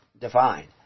defined